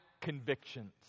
convictions